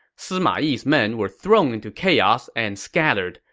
sima yi's men were thrown into chaos and scattered.